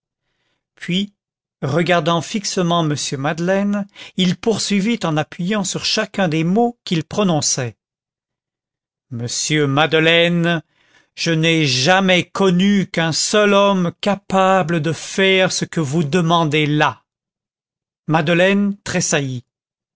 puis regardant fixement m madeleine il poursuivit en appuyant sur chacun des mots qu'il prononçait monsieur madeleine je n'ai jamais connu qu'un seul homme capable de faire ce que vous demandez là madeleine